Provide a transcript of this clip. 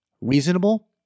Reasonable